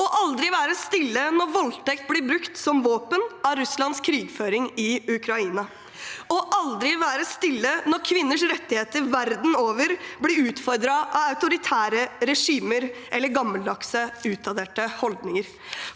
å aldri være stille når voldtekt blir brukt som våpen i Russlands krigføring i Ukraina, og å aldri være stille når kvinners rettigheter verden over blir utfordret av autoritære regimer eller gammeldagse, utdaterte holdninger.